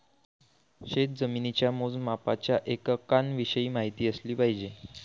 शेतजमिनीच्या मोजमापाच्या एककांविषयी माहिती असली पाहिजे